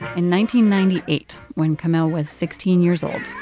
and ninety ninety eight, when kamel was sixteen years old,